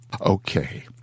Okay